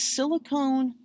Silicone